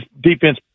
defense